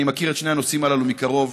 אני מכיר את שני הנושאים הללו מקרוב.